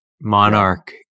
monarch